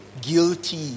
guilty